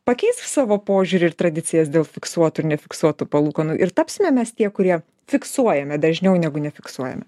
pakeis savo požiūrį ir tradicijas dėl fiksuotų ir nefiksuotų palūkanų ir tapsime mes tie kurie fiksuojame dažniau negu nefiksuojame